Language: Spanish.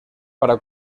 para